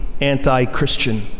anti-Christian